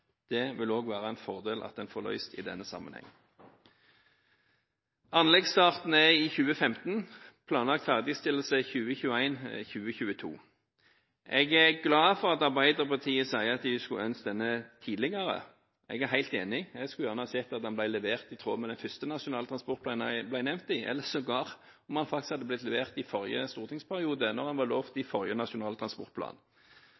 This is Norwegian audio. Det vil det også være en fordel at en får løst i denne sammenheng. Anleggsstarten er i 2015, planlagt ferdigstillelse i 2021/2022. Jeg er glad for at Arbeiderpartiet sier at de skulle ønsket dette tidligere. Jeg er helt enig, jeg skulle gjerne sett at prosjektet ble levert i tråd med den første nasjonale transportplanen det ble nevnt i, eller at det sågar faktisk hadde blitt levert i forrige stortingsperiode, da den var